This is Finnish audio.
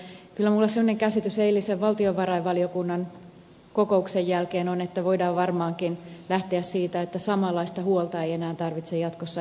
kyllä minulle semmoinen käsitys eilisen valtiovarainvaliokunnan kokouksen jälkeen on jäänyt että voidaan varmaankin lähteä siitä että samanlaista huolta ei enää tarvitse jatkossa esittää